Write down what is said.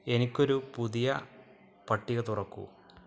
എനിക്ക് ഒരു പുതിയ പട്ടിക തുറക്കൂ